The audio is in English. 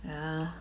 ya